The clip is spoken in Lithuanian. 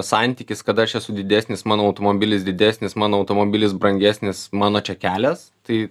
santykis kad aš esu didesnis mano automobilis didesnis mano automobilis brangesnis mano čia kelias tai